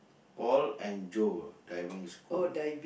paul and Joe Diving School